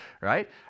right